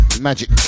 Magic